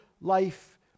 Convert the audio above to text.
life